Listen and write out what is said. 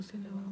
צהריים טובים